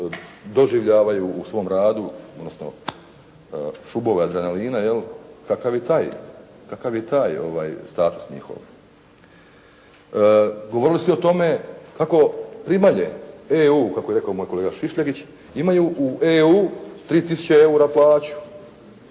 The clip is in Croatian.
doživljavaju u svom radu, odnosno šubove adrenalina, kakav je taj status njihov. Govorili su o tome kako primalje EU, kako je rekao moj kolega Šišljagić, imaju u EU 3 tisuće eura plaću.